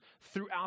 throughout